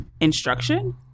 instruction